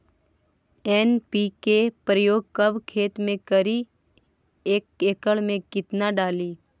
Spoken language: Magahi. एन.पी.के प्रयोग कब खेत मे करि एक एकड़ मे कितना डाली?